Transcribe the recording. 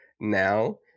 now